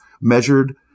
measured